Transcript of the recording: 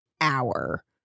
hour